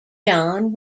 john